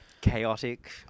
Chaotic